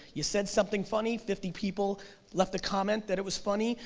you said something funny, fifty people left a comment that it was funny,